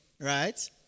right